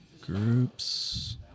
Groups